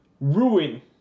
ruin